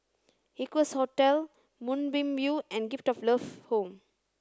Equarius Hotel Moonbeam View and Gift of Love Home